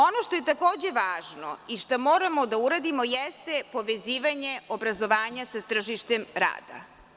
Ono što je takođe važno i šta moramo da uradimo jeste povezivanje obrazovanja sa tržištem rada.